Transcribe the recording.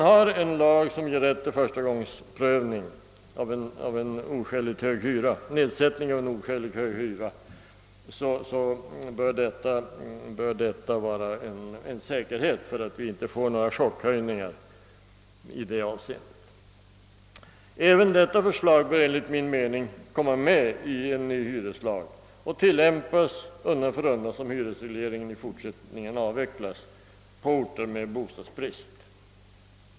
Har vi en lag som ger rätt till förstagångsprövning och nedsättning av oskäligt hög hyra, så bör detta vara en säkerhet för att vi inte där får några chockhöjningar. Även det förslaget bör enligt min mening tagas med i en ny hyreslag och tillämpas undan för undan som hyresregleringen avvecklas på orter med bostadsbrist.